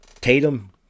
Tatum